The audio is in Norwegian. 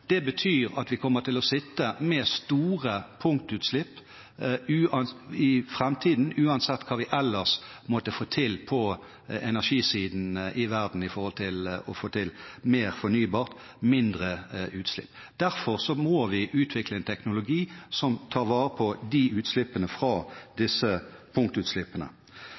til å sitte med store punktutslipp i framtiden, uansett hva vi ellers i verden måtte få til på energisiden for å få mer fornybar energi og mindre utslipp. Derfor må vi utvikle en teknologi som tar vare på utslippene fra disse punktutslippene.